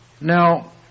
Now